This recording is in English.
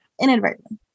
inadvertently